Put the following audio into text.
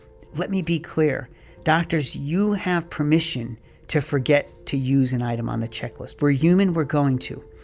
let me be clear doctors, you have permission to forget to use an item on the checklist. we're human. we're going to.